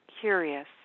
curious